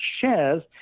shares